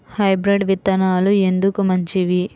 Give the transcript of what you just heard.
Hybrid విత్తనాలు ఎందుకు మంచివి?